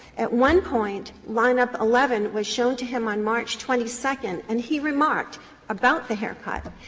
at one point line-up eleven was shown to him on march twenty second and he remarked about the haircut.